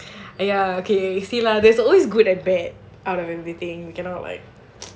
ya okay see lah there's always good and bad out of everything we cannot like